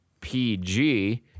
PG